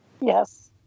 Yes